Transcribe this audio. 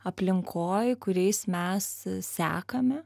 aplinkoj kuriais mes sekame